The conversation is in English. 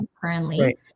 currently